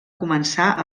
començar